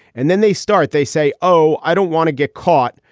and then they start, they say, oh, i don't want to get caught.